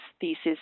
thesis